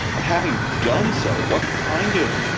and having done so, what kind of